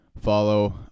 follow